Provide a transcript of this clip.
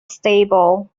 stable